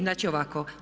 Znači ovako.